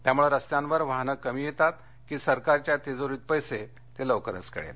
त्यामुळे रस्त्यावर वाहनं कमी येतात की सरकारच्या तिजोरित पैसे ते लवकरच कळेल